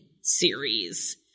series